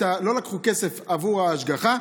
לא לקחו כסף עבור ההשגחה,